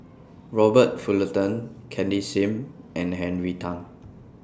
Robert Fullerton Cindy SIM and Henry Tan